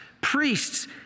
priests